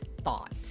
thought